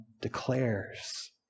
declares